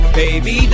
baby